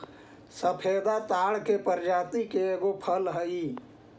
फेदा ताड़ के प्रजाति के एगो फल हई